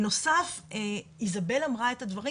בנוסף, איזבל אמרה את הדברים.